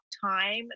time